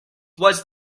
was